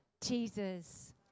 Jesus